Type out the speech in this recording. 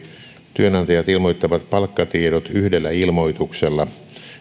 työnantajat ilmoittavat palkkatiedot yhdellä ilmoituksella